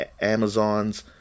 Amazons